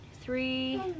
Three